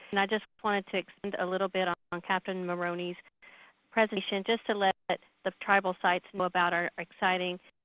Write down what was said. and i just wanted to expand a little bit on on captain moroney s presentation just to let the tribal sites know about our exciting